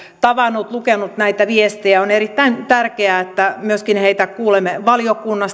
tavannut lukenut näitä viestejä on erittäin tärkeää että myöskin heitä kuulemme valiokunnassa